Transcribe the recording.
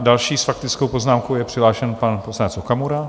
Další s faktickou poznámkou je přihlášen pan poslanec Okamura.